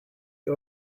you